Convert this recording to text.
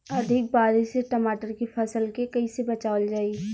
अधिक बारिश से टमाटर के फसल के कइसे बचावल जाई?